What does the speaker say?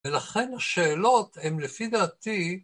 ולכן השאלות הם לפי דעתי...